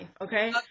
Okay